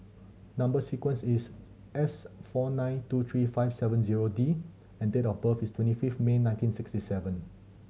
number sequence is S four nine two three five seven zero D and date of birth is twenty fifth May nineteen sixty seven